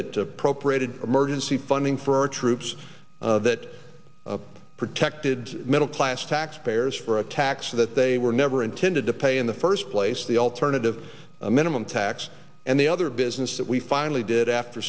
that appropriated emergency funding for our troops that protected middle class taxpayers for a tax that they were never intended to pay in the first place the alternative minimum tax and the other business that we finally did after